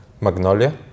Magnolia